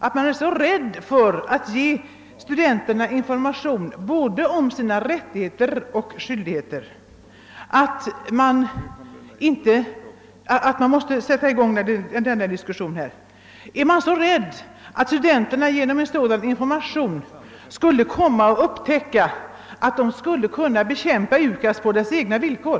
Är man så rädd för att ge studenterna information både om deras rättigheter och deras skyldigheter att man måste sätta i gång denna diskussion? är man rädd för att studenterna genom sådan information skulle komma att upptäcka att de kan bekämpa UKAS på dess egna villkor?